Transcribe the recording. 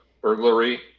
Burglary